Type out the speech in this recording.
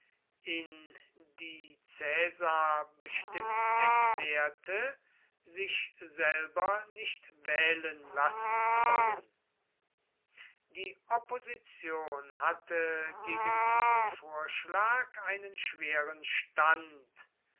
in die caesar bestimmt erklärte sich selber nicht wählen lassen zu wollen die opposition hatte gegen diesen vorschlag einen schweren stand